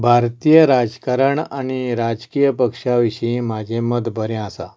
भारतीय राजकारण आनी राजकीय पक्षा विशीं हें म्हाजें मत बरें आसा